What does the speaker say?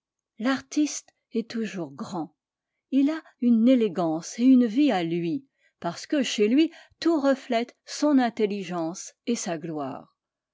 l'artiste est toujours grand il a une élégance et une vie à lui parce que chez lui tout reflète son intelligence et sa gloire